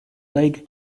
leg